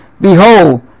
Behold